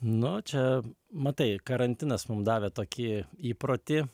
nu čia matai karantinas mum davė tokį įprotį